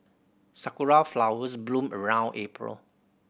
sakura flowers bloom around April